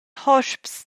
hosps